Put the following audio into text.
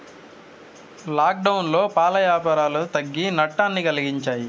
లాక్డౌన్లో పాల యాపారాలు తగ్గి నట్టాన్ని కలిగించాయి